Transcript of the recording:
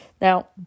Now